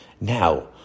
Now